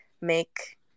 make